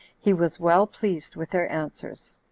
he was well-pleased with their answers.